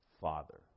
father